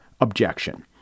objection